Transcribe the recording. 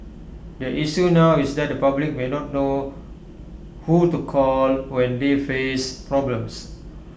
the issue now is that the public may not know who to call when they face problems